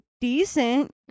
decent